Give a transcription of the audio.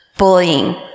bullying